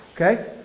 Okay